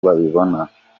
babibona